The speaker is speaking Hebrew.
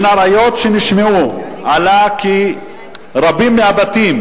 מן הראיות שנשמעו עלה כי רבים מהבתים